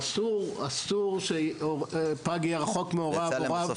אסור שפג יהיה רחוק מהוריו.